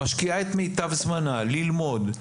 משקיעה את מיטב זמנה ללמוד,